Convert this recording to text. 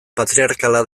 patriarkala